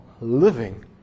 living